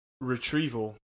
Retrieval